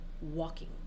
walking